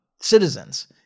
citizens